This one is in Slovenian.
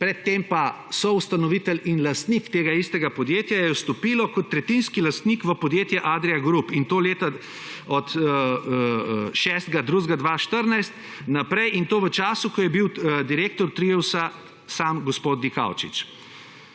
pred tem pa soustanovitelj in lastnik tega istega podjetja, je vstopilo kot tretjinski lastnik v podjetje Adria Group in to leta, od 6. 2. 2014 naprej in to v času, ko je bil direktor Triusa, sam gospod Dikaučič.